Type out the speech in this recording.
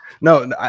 No